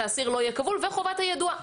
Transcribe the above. שהאסיר לא יהיה כבול וחובת היידוע.